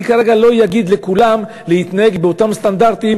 אני כרגע לא אגיד לכולם להתנהג באותם סטנדרטים